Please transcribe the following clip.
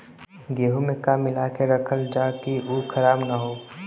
गेहूँ में का मिलाके रखल जाता कि उ खराब न हो?